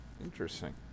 Interesting